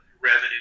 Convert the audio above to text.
revenue